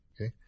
Okay